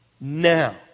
now